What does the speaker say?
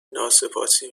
ناسپاسی